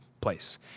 place